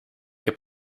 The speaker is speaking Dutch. heb